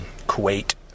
Kuwait